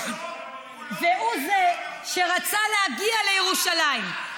והוא זה שרצה להגיע לירושלים.